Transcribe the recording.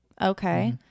Okay